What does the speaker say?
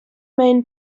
main